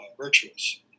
virtuous